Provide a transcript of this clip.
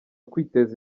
kwiteza